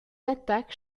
attaques